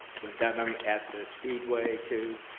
we've done them at the speedway, too.